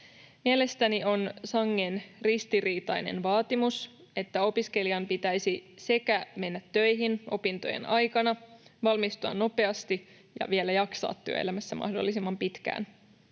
Mielestäni on sangen ristiriitainen vaatimus, että opiskelijan pitäisi sekä mennä töihin opintojen aikana, valmistua nopeasti että vielä jaksaa työelämässä mahdollisimman pitkään.